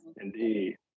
indeed